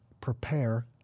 prepare